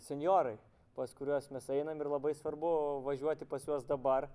senjorai pas kuriuos mes einam ir labai svarbu važiuoti pas juos dabar